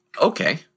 Okay